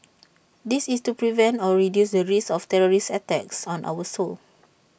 this is to prevent or reduce the risk of terrorist attacks on our soil